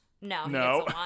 No